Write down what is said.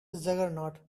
juggernaut